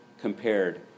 compared